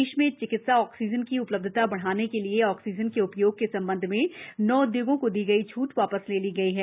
देश में चिकित्सा ऑक्सीजन की उपलब्धता बढ़ाने के लिए ऑक्सीजन के उपयोग के संबंध में नौ उद्योगों को दी गई छूट वापस ले ली गई है